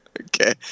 Okay